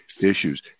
issues